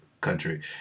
country